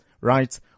right